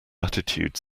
attitude